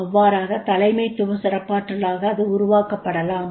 அவ்வாறாக தலைமைத்துவ சிறப்பாற்றலாக அது உருவாக்கப்படலாம்